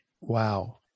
Wow